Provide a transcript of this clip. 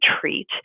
treat